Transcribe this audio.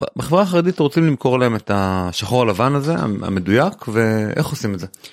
ב... בחברה החרדית רוצים למכור להם את השחור הלבן הזה, המדויק, ואיך עושים את זה.